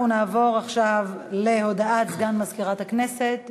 אנחנו נעבור עכשיו להודעת סגן מזכירת הכנסת,